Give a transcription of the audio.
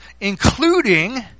including